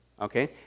Okay